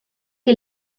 que